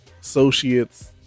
associates